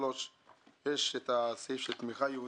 שלוש את הסעיף של תמיכה ייעודית.